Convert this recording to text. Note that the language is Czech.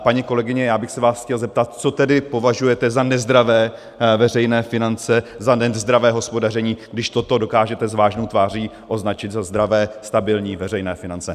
Paní kolegyně, já bych se vás chtěl zeptat, co tedy považujete za nezdravé veřejné finance, za nezdravé hospodaření, když toto dokážete s vážnou tváří označit za zdravé stabilní veřejné finance.